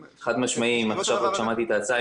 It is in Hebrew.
חד-משמעי אם עכשיו רק שמעתי את ההצעה.